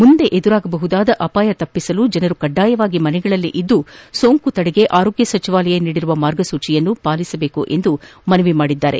ಮುಂದೆ ಎದುರಾಗಬಹುದಾದ ಅಪಾಯ ತಪ್ಪಿಸಲು ಜನರು ಕಡ್ಡಾಯವಾಗಿ ಮನೆಯಲ್ಲಿ ಇದ್ದು ಸೋಂಕು ತಡೆಗೆ ಆರೋಗ್ಯ ಸಚಿವಾಲಯ ನೀಡಿರುವ ಮಾರ್ಗಸೂಚಿಗಳನ್ನು ಪಾಲನೆ ಮಾಡಬೇಕು ಎಂದು ಮನವಿ ಮಾಡಿದ್ದಾರೆ